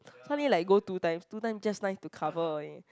I only like go two times two time just nice to cover only